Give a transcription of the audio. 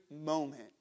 moment